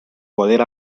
poder